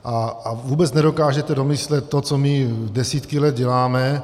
A vůbec nedokážete domyslet to, co my desítky let děláme.